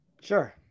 sure